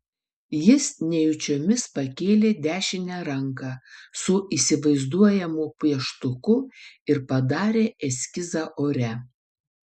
jis nejučiomis pakėlė dešinę ranką su įsivaizduojamu pieštuku ir padarė eskizą ore